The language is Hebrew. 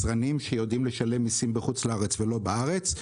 שיודעים לשלם מיסים בחוץ לארץ ולא בארץ,